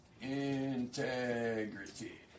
integrity